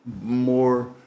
more